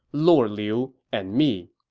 lord liu, and me.